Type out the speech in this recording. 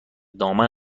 دامن